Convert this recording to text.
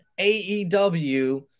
aew